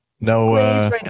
No